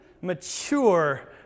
mature